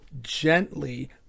gently